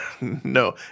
No